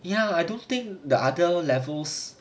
ya I don't think the other levels